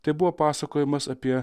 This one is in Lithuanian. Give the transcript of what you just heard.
tai buvo pasakojimas apie